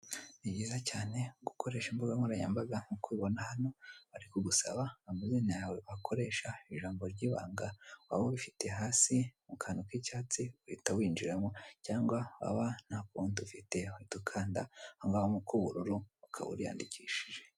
Ni byiza cyane gukoresha imbuga nkoranyambaga nk'uko ubona hano bari kugusaba amazina yawe wakoresha, ijambo ry'ibanga waba ubifite hasi mu kantu k'icyatsi uhita winjiramo cyangwa waba nta kawunti ufite uhita ukanda aho ngaho mu k'ubururu ukaba wiyandikishije.